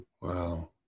wow